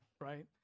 right